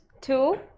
Two